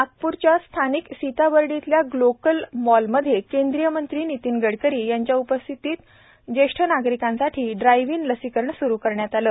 drive in लसीकरण आज स्थानिक सीताबर्डी येथे ग्लोकल मॉलमध्ये केंद्रीय मंत्री नितीन गडकरी यांच्या उपस्थितीतज्येश्ठ नागरिकासाठी ड्राईव्ह इन लसीकरण सुरु करण्यात आले